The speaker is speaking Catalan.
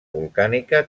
volcànica